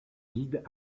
vide